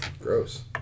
Gross